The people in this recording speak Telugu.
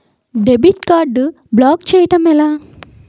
డెబిట్ కార్డ్ బ్లాక్ చేయటం ఎలా?